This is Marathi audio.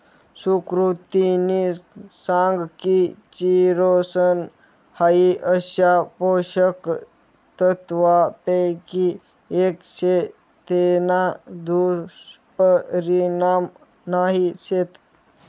सुकृतिनी सांग की चिरोसन हाई अशा पोषक तत्वांपैकी एक शे तेना दुष्परिणाम नाही शेत